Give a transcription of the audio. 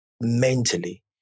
mentally